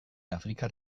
afrikar